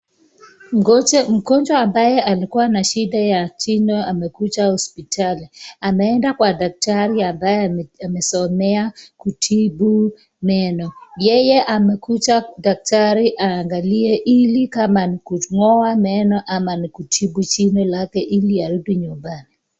Mgonjwa ambaye alikuwa na shida ya jino amekuja hospitali, Ameenda kwa daktari ambaye amesomea kutibu meno yeye amekuta daktari angalie ili kama ni kungoa meno ama ni kutibu jino lake ili arudi nyumbani.